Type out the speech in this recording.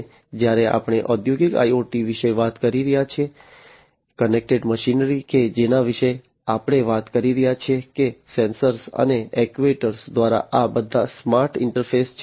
અને જ્યારે આપણે ઔદ્યોગિક IoT વિશે વાત કરી રહ્યા છીએ કનેક્ટેડ મશીનરી કે જેના વિશે આપણે વાત કરી રહ્યા છીએ કે સેન્સર અને એક્ટ્યુએટર દ્વારા આ બધા સ્માર્ટ ઇન્ટરફેસ છે